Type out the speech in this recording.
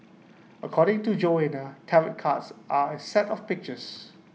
according to Joanna tarot cards are A set of pictures